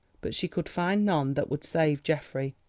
but she could find none that would save geoffrey,